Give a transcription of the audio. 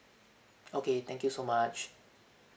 okay thank you so much